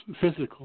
physical